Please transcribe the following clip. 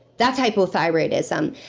that's hypothyroidism.